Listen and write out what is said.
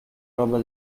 roba